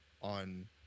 On